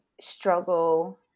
struggle